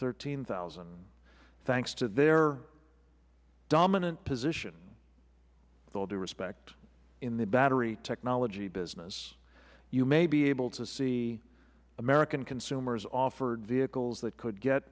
thirteen zero thanks to their dominant position with all due respect in the battery technology business you may be able to see american consumers offered vehicles that could get